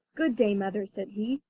good day, mother said he.